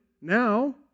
now